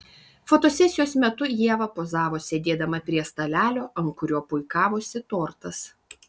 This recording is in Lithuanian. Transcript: fotosesijos metu ieva pozavo sėdėdama prie stalelio ant kurio puikavosi tortas